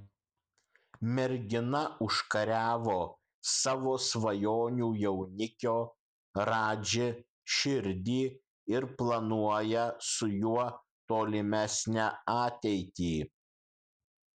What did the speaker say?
mergina užkariavo savo svajonių jaunikio radži širdį ir planuoja su juo tolimesnę ateitį